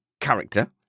character